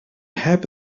heb